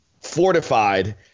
fortified